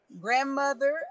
grandmother